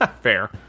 Fair